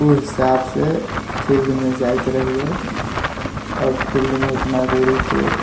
ओहि हिसाबसँ फिल्डमे जाइत रहियै आओर फिल्डमे उतना दूरीके